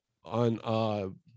On